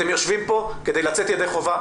אתם יושבים פה כדי לצאת ידי חובה,